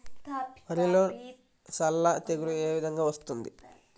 వరిలో సల్ల తెగులు ఏ విధంగా వస్తుంది?